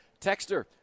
Texter